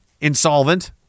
insolvent